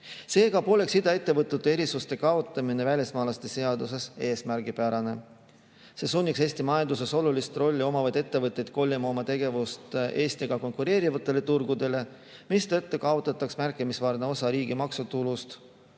Seega poleks iduettevõtete erisuste kaotamine välismaalaste seaduses eesmärgipärane. See sunniks Eesti majanduses olulist rolli omavaid ettevõtteid kolima oma tegevust Eestiga konkureerivatele turgudele, mistõttu kaotataks märkimisväärne osa riigi maksutulust